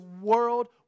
world